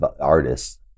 artists